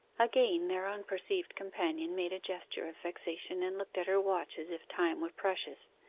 again their unperceived companion made a gesture of vexation, and looked at her watch as if time were precious.